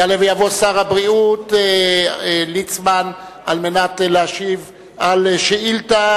יעלה ויבוא שר הבריאות ליצמן על מנת להשיב על שאילתא